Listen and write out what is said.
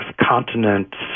continents